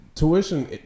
Tuition